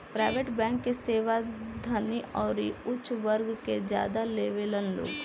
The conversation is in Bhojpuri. प्राइवेट बैंक के सेवा धनी अउरी ऊच वर्ग के ज्यादा लेवेलन लोग